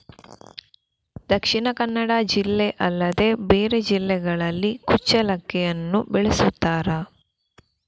ದಕ್ಷಿಣ ಕನ್ನಡ ಜಿಲ್ಲೆ ಅಲ್ಲದೆ ಬೇರೆ ಜಿಲ್ಲೆಗಳಲ್ಲಿ ಕುಚ್ಚಲಕ್ಕಿಯನ್ನು ಬೆಳೆಸುತ್ತಾರಾ?